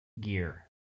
gear